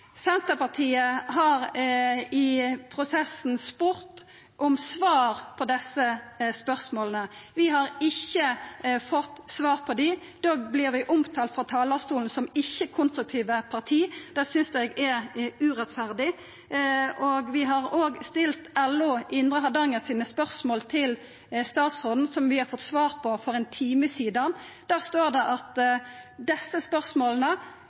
Senterpartiet har i prosessen spurt om svar på desse spørsmåla. Vi har ikkje fått svar på dei. Da vert vi frå talarstolen omtalte som eit ikkje-konstruktivt parti. Det synest eg er urettferdig. Vi har òg stilt LO i Indre Hardanger sine spørsmål til statsråden, som vi fekk svar på for ein time sidan. Der står det at desse spørsmåla